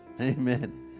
amen